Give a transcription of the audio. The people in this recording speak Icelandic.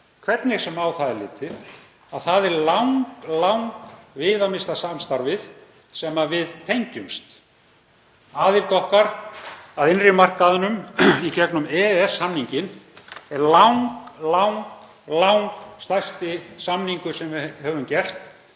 hvernig sem á það er litið, að það er langviðamesta samstarfið sem við tengjumst. Aðild okkar að innri markaðnum í gegnum EES-samninginn er langstærsti samningur sem við höfum gert